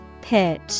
Pitch